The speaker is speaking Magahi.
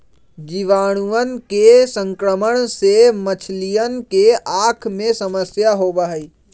जीवाणुअन के संक्रमण से मछलियन के आँख में समस्या होबा हई